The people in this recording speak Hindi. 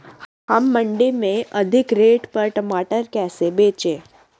हम मंडी में अधिक रेट पर टमाटर कैसे बेचें?